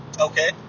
Okay